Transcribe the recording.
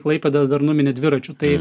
klaipėdą dar numini dviračiu tai